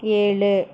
ஏழு